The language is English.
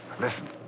Listen